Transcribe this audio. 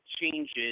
changes